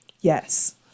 Yes